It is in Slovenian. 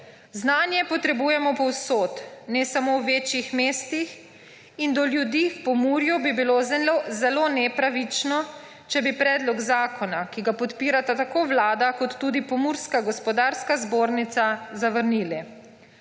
Znanje potrebujemo povsod, ne samo v večjih mestih, in do ljudi v Pomurju bi bilo zelo nepravično, če bi predlog zakona, ki ga podpirata tako Vlada kot tudi Pomurska gospodarska zbornica, zavrnili.